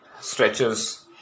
stretches